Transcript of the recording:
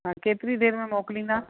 तव्हां केतिरी देरि में मोकिलींदा